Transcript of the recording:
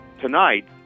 tonight